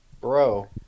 Bro